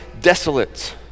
desolate